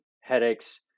headaches